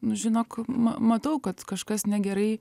nu žinok ma matau kad kažkas negerai